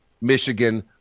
Michigan